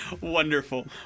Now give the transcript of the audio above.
Wonderful